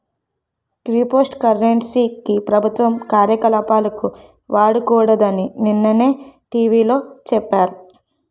crypto currency ని ప్రభుత్వ కార్యకలాపాలకు వాడకూడదని నిన్ననే టీ.వి లో సెప్పారు